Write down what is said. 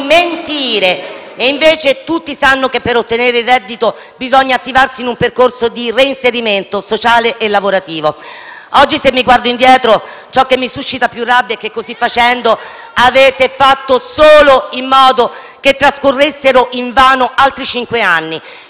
*(M5S)*. Invece tutti sanno che per ottenere il reddito bisogna attivarsi in un percorso di reinserimento sociale e lavorativo. Se oggi mi guardo indietro, ciò che mi suscita più rabbia è che così facendo avete fatto solo in modo che trascorressero invano altri cinque anni;